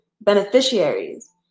beneficiaries